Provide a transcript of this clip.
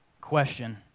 question